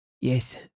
Yes